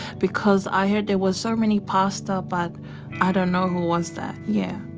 because i heard there was so many pastor but i don't know who was that, yeah.